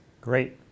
Great